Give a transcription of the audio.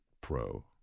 pro